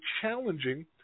challenging